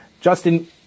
Justin